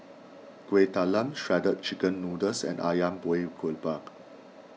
Kuih Talam Shredded Chicken Noodles and Ayam Buah Keluak